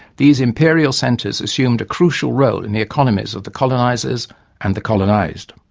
these imperial centres assumed a crucial role in the economies of the colonisers and the colonised.